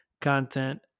content